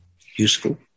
useful